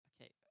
okay